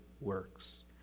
works